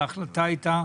וההחלטה הייתה